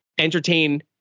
entertain